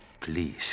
please